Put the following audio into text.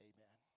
Amen